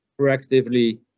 proactively